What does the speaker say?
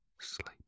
sleep